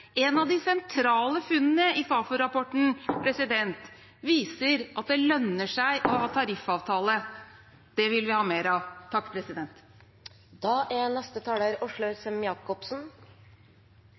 av de sentrale funnene i Fafo-rapporten er at det lønner seg å ha tariffavtale. Det vil vi ha mer av.